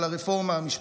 על הרפורמה המשפטית.